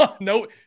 no